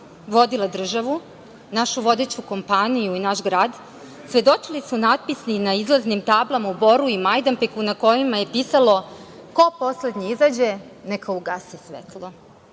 vodila državu, našu vodeću kompaniju i naš grad, svedočili su natpisi na izlaznim tablama u Boru i Majdanpeku, na kojima je pisalo: „Ko poslednji izađe neka ugasi svetlo“.